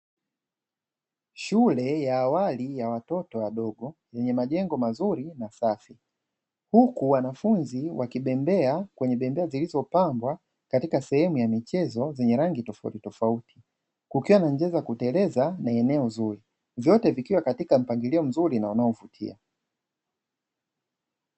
Shule ya awali ya watoto wadogo yenye majengo mazuri, masafi; huku wanafunzi wakibembea kwenye bembea zilizopangwa katika sehemu ya michezo zenye rangi tofautitofauti, kukiwa na mchezo wa kuteleza na eneo zuri; vyote vikiwa katika mpangilio mzuri na unaovutia.